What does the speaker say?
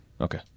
Okay